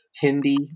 Hindi